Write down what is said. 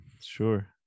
sure